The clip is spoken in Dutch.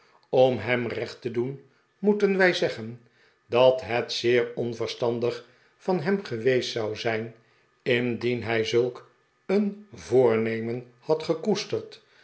om hem recht tedoen moeten wij zeggen dat het zeer bnverstandig van hem geweest zou zijn indien hij zulk een voornemen had gekoesterd